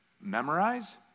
memorize